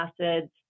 acids